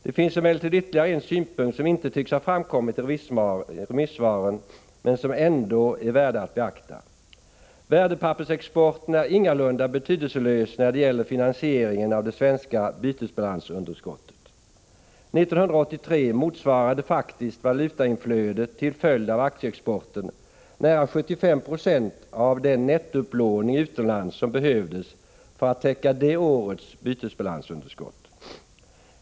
Det finns emellertid ytterligare en synpunkt, som inte tycks ha framkommit i remissvaren men som ändå är värd att beakta. Värdepappersexporten är ingalunda betydelselös när det gäller finansieringen av det svenska bytesbalansunderskottet. 1983 motsvarade faktiskt valutainflödet till följd av aktieexporten nära 75 26 av den nettoupplåning utomlands som behövdes för att täcka det årets bytesbalansunderskott.